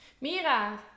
Mira